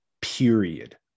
period